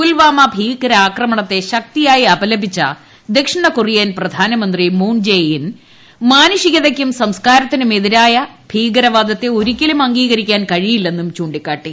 പുൽവാമ ഭീകരാക്രമണത്തെ ശക്തിയായി അപലപിച്ച ദക്ഷിണ കൊറിയൻ പ്രധാനമന്ത്രി മൂൺ ജെ ഇൻ മാനുഷികതയ്ക്കും സംസ്ക്കാരത്തിനും എതിരായ ഭീകരവാദത്തെ ഒരിക്കലും അംഗീകരിക്കാൻ കഴിയില്ലെന്നും ചൂണ്ടിക്കാട്ടി